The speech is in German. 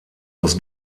aus